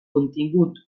contingut